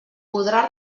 podrà